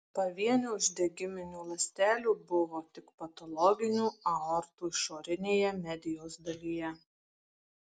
pavienių uždegiminių ląstelių buvo tik patologinių aortų išorinėje medijos dalyje